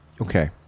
okay